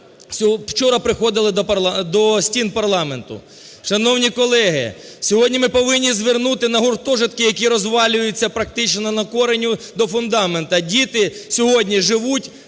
вчора приходили до стін парламенту. Шановні колеги, сьогодні ми повинні звернути на гуртожитки, які розвалюються практично на кореню, до фундаменту. Діти сьогодні живуть